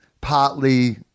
partly